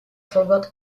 forgot